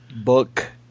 Book